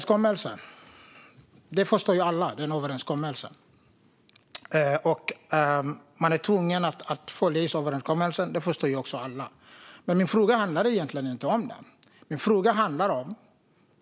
Herr talman! Tack, Mats Berglund, för svaret! Alla förstår att det är en överenskommelse. Alla förstår också att man är tvungen att följa överenskommelsen. Men min fråga handlade egentligen inte om det utan om en annan sak.